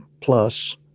plus